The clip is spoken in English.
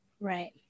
Right